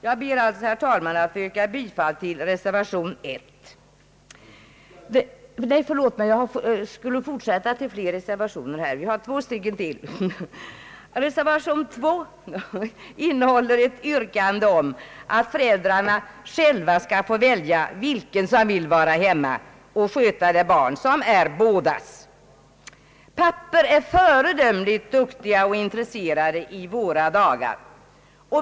Jag ber alltså, herr talman, att få yrka bifall till reservation I. Reservation II innehåller ett yrkande att föräldrarna själva skall få välja vem som skall vara hemma och sköta det barn som är bådas. Pappor är föredömligt duktiga och intresserade i våra dagar.